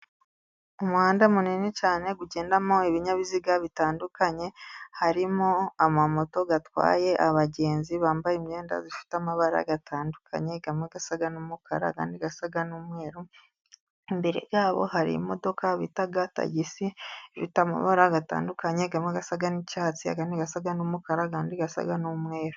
Umuhanda munini cyane ugendamo ibinyabiziga bitandukanye, harimo amamoto atwaye abagenzi bambaye imyenda ifite amabara atandukanye, amwe asa n'umukara, andi asa n'umweru. Imbere yabo hari imodoka bita tagisi ifite amabara atandukanye , amwe asa n'icyatsi, Andi asa n'umukara andi asa n'umweru.